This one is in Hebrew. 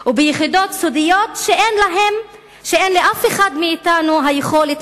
וביחידות סודיות שלאף אחד מאתנו אין יכולת